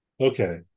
Okay